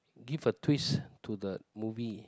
give a twist to the movie